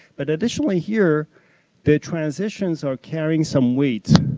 but additionally, here the transitions are carrying some weight,